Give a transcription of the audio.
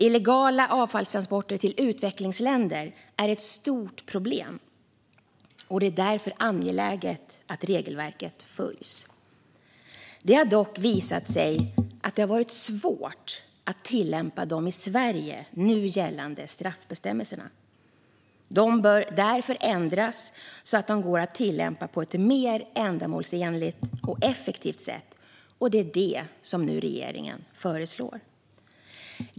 Illegala avfallstransporter till utvecklingsländer är ett stort problem, och det är därför angeläget att regelverken följs. Det har dock visat sig vara svårt att tillämpa de i Sverige nu gällande straffbestämmelserna. De bör därför ändras så att de går att tillämpa på ett mer ändamålsenligt och effektivt sätt, och det är det som regeringen nu föreslår.